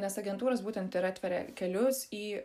nes agentūros būtent ir atveria kelius į